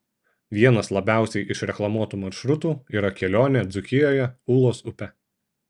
vienas labiausiai išreklamuotų maršrutų yra kelionė dzūkijoje ūlos upe